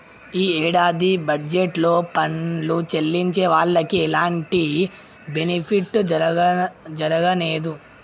యీ యేడాది బడ్జెట్ లో పన్ను చెల్లించే వాళ్లకి ఎలాంటి బెనిఫిట్ జరగనేదు